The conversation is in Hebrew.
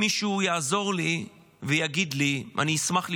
אם מישהו יעזור לי ויגיד לי, אני אשמח לשמוע.